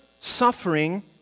suffering